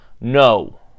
no